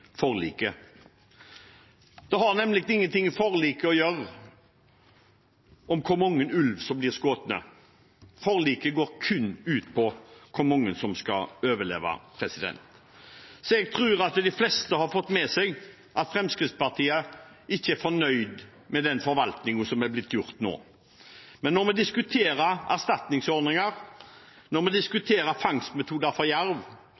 forliket. Det har nemlig ingenting med forliket å gjøre hvor mange ulv som blir skutt, forliket går kun ut på hvor mange som skal overleve. Jeg tror at de fleste har fått med seg at Fremskrittspartiet ikke er fornøyd med den forvaltningen som er blitt gjort nå. Men når vi diskuterer erstatningsordninger, når vi diskuterer fangstmetoder for jerv